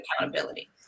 accountability